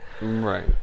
Right